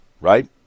right